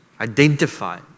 Identify